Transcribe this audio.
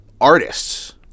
artists